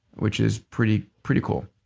which is pretty pretty cool.